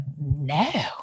no